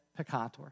peccator